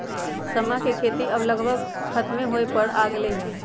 समा के खेती अब लगभग खतमे होय पर आ गेलइ ह